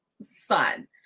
son